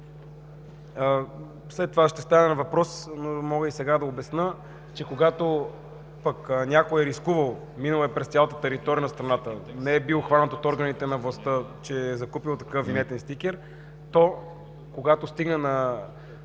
След това ще стане въпрос, но мога и сега да обясня, че когато пък някой е рискувал и е минал през цялата територия на страната, не е хванат от органите на властта, че не е закупил такъв винетен стикер, то когато стигне до